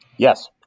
Yes